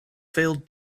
failed